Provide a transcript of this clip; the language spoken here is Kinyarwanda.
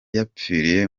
yapfiriye